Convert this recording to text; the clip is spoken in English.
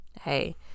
hey